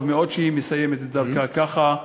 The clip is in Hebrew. טוב מאוד שהיא מסיימת את דרכה ככה,